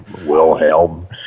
Wilhelm